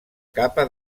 capa